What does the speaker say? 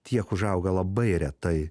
tiek užauga labai retai